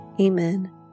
Amen